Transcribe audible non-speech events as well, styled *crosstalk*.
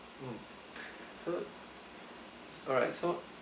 mm *breath* so correct so